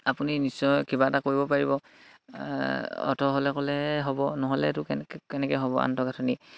আপুনি নিশ্চয় কিবা এটা কৰিব পাৰিব অৰ্থ হ'লে ক'লে হ'ব নহ'লেতো কেনে কেনেকৈ হ'ব আন্তঃগাঁথনি